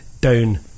down